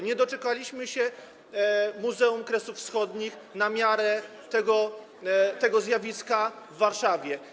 Nie doczekaliśmy się muzeum Kresów Wschodnich na miarę tego zjawiska w Warszawie.